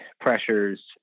pressures